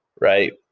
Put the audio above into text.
Right